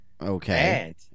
Okay